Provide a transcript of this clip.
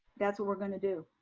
that's what we're gonna do,